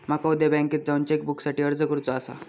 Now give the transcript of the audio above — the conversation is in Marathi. माका उद्या बँकेत जाऊन चेक बुकसाठी अर्ज करुचो आसा